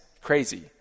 crazy